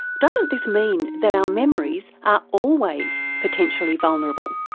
doesn't this mean that our memories are always potentially vulnerable?